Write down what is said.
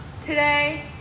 today